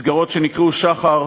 מסגרות שנקראו שח"ר,